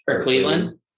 Cleveland